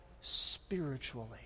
spiritually